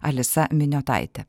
alisa miniotaitė